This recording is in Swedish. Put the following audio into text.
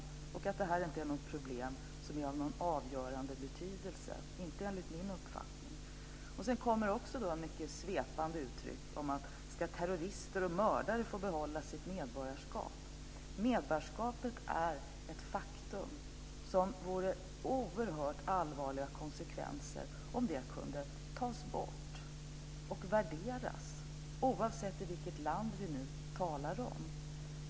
Det är enligt min uppfattning inte något problem som är av någon avgörande betydelse. Sedan kom Gustaf von Essen med ett mycket svepande uttryck: Ska terrorister och mördare få behålla sitt medborgarskap? Medborgarskapet är ett faktum. Det skulle få oerhört allvarliga konsekvenser som det kunde tas bort och värderas, oavsett vilket land vi nu talar om.